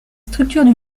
structures